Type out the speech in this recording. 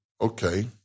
Okay